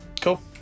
Cool